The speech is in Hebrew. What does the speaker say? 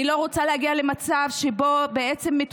אני לא רוצה להגיע למצב שבו מטופלות